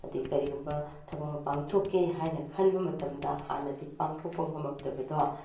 ꯑꯗꯒꯤ ꯀꯔꯤꯒꯨꯝꯕ ꯊꯕꯛ ꯑꯃ ꯄꯥꯡꯊꯣꯛꯀꯦ ꯍꯥꯏꯅ ꯈꯟꯕ ꯃꯇꯝꯗ ꯍꯥꯟꯅꯗꯤ ꯄꯥꯡꯊꯣꯛꯄ ꯉꯝꯃꯝꯗꯕꯗꯣ